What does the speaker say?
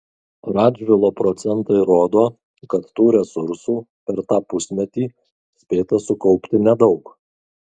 radžvilo procentai rodo kad tų resursų per tą pusmetį spėta sukaupti nedaug